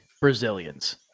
Brazilians